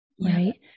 right